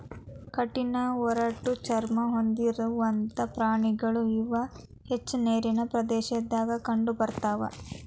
ಕಠಿಣ ಒರಟ ಚರ್ಮಾ ಹೊಂದಿರುವಂತಾ ಪ್ರಾಣಿಗಳು ಇವ ಹೆಚ್ಚ ನೇರಿನ ಪ್ರದೇಶದಾಗ ಕಂಡಬರತಾವ